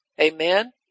Amen